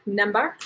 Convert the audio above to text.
number